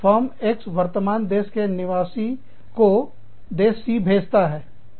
farm X वर्तमान देश के निवासी को देश C भेजता है